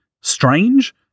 strange